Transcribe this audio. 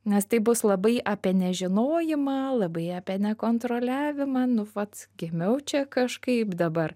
nes taip bus labai apie nežinojimą labai apie nekontroliavimą nu vat gimiau čia kažkaip dabar